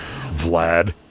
Vlad